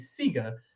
Sega